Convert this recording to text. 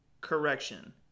Correction